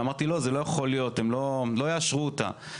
אמרתי: לא, זה לא יכול להיות, הם לא יאשרו אותה.